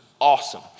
awesome